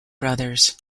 brothers